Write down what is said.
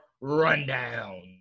rundown